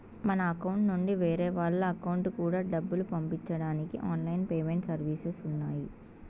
మన అకౌంట్ నుండి వేరే వాళ్ళ అకౌంట్ కూడా డబ్బులు పంపించడానికి ఆన్ లైన్ పేమెంట్ సర్వీసెస్ ఉన్నాయి